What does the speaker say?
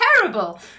terrible